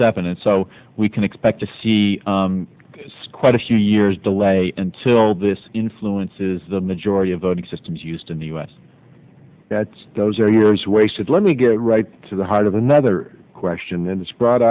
seven and so we can expect to see squat a few years delay until this influences the majority of voting systems used in the us that's those are years wasted let me get right to the heart of another question that was brought